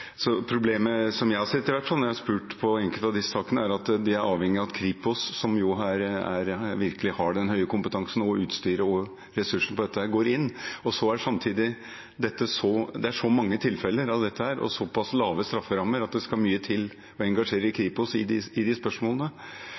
Problemet som jeg har sett, i hvert fall, når jeg har spurt om enkelte av disse sakene, er at man er avhengig av at Kripos går inn, som jo virkelig har den høye kompetansen, utstyret og ressursene knyttet til dette. Samtidig er det så mange tilfeller av dette og såpass lave strafferammer at det skal mye til for å engasjere Kripos i de